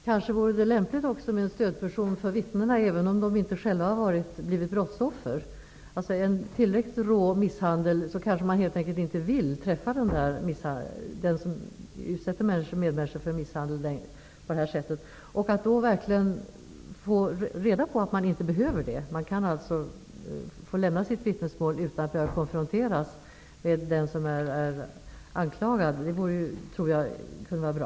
Herr talman! Det kanske även vore lämpligt med en stödperson för vittnena, även om de inte själva har blivit brottsoffer. Om det är fråga om en tillräckligt rå misshandel, kanske vittnet inte vill träffa den som utsätter medmänniskor för misshandel. Vittnena bör verkligen få reda på att de inte behöver vara närvarande utan att de kan få lämna sina vittnesmål utan att behöva konfronteras med den som är anklagad. Det tror jag kunde vara bra.